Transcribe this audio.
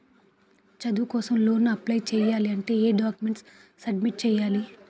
చదువు కోసం loan apply చేయాలి అంటే ఎం డాక్యుమెంట్స్ సబ్మిట్ చేయాలి?